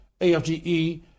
AFGE